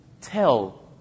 tell